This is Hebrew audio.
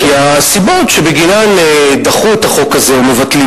כי הסיבות שבגינן דחו את החוק הזה או מבטלים